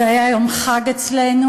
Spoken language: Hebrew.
זה היה יום חג אצלנו,